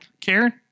Karen